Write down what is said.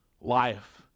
Life